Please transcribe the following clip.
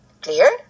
Clear